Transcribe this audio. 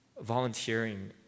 volunteering